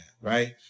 right